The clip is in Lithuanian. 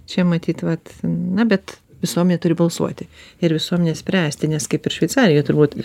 čia matyt vat na bet visuomenė turi balsuoti ir visuomenė spręsti nes kaip ir šveicarijoj turbūt